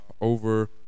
over